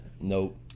Nope